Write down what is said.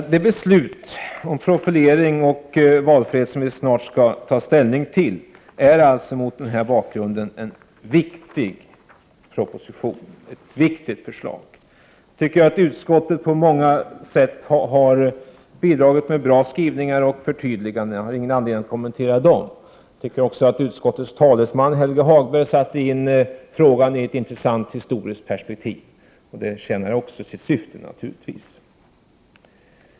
Det förslag om profilering och valfrihet som vi snart skall fatta beslut om är mot den bakgrunden viktigt. Jag tycker att utskottet på många sätt har bidragit med bra skrivningar och förtydliganden. Jag har ingen anledning att kommentera dem. Jag tycker också att utskottets talesman Helge Hagberg satte in frågan i ett intressant historiskt perspektiv. Det tjänar naturligtvis också sitt syfte.